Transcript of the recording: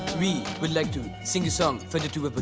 we would like to sing a song for the two but